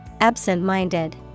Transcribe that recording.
Absent-minded